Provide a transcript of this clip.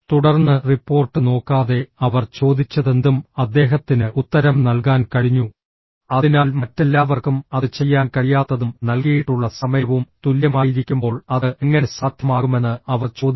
തുടർന്ന് റിപ്പോർട്ട് നോക്കാതെ അവർ ചോദിച്ചതെന്തും അദ്ദേഹത്തിന് ഉത്തരം നൽകാൻ കഴിഞ്ഞു അതിനാൽ മറ്റെല്ലാവർക്കും അത് ചെയ്യാൻ കഴിയാത്തതും നൽകിയിട്ടുള്ള സമയവും തുല്യമായിരിക്കുമ്പോൾ അത് എങ്ങനെ സാധ്യമാകുമെന്ന് അവർ ചോദിച്ചു